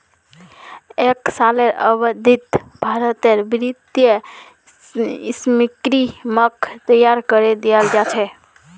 एक सालेर अवधित भारतेर वित्तीय स्कीमक तैयार करे दियाल जा छे